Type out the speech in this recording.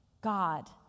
God